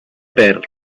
perl